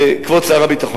כבוד שר הביטחון,